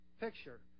picture